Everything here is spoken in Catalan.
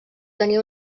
tenia